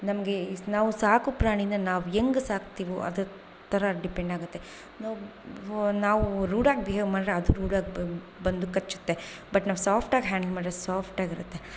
ನಮಗೆ ಇ ನಾವು ಸಾಕು ಪ್ರಾಣಿನಾ ನಾವು ಹೆಂಗೆ ಸಾಕ್ತಿವೋ ಅದು ಥರ ಡಿಪೆಂಡ್ ಆಗುತ್ತೆ ನಾವು ನಾವು ರೂಡ್ ಆಗಿ ಬಿಹೇವ್ ಮಾಡ್ದ್ರೆ ಅದು ರೂಡ್ ಆಗಿ ಬ ಬಂದು ಕಚ್ಚುತ್ತೆ ಬಟ್ ನಾವು ಸಾಫ್ಟ್ ಆಗಿ ಹ್ಯಾಂಡಲ್ ಮಾಡ್ದ್ರೆ ಸಾಫ್ಟ್ ಆಗಿರುತ್ತೆ